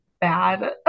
bad